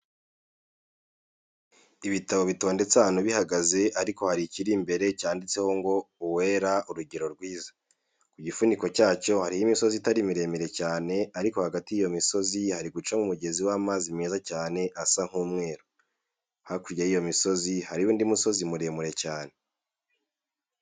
Ibitabo bitondetse ahantu bihagaze ariko harimo ikiri imbere cyanditseho ngo:" Uwera urugero rwiza." Ku gifuniko cyacyo hariho imisozi itari miremire cyane ariko hagati y'iyo misozi hari gucamo umugezi w'amazi meza cyane asa nk'umweru, hakurya y'iyo misozi hariyo undi musozi muremure cyane.